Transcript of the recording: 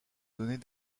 donner